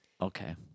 Okay